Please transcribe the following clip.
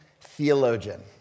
theologian